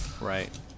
Right